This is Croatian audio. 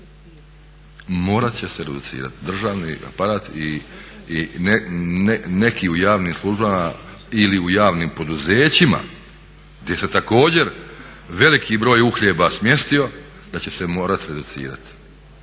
morat će se reducirat državni aparat i neki u javnim službama ili u javnim poduzećima gdje se također veliki broj uhljeba smjestio da će se morat reducirat